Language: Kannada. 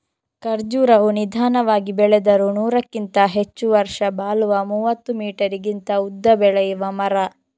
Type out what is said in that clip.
ಖರ್ಜುರವು ನಿಧಾನವಾಗಿ ಬೆಳೆದರೂ ನೂರಕ್ಕಿಂತ ಹೆಚ್ಚು ವರ್ಷ ಬಾಳುವ ಮೂವತ್ತು ಮೀಟರಿಗಿಂತ ಉದ್ದ ಬೆಳೆಯುವ ಮರ